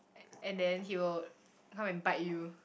and then he will come and bite you